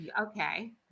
Okay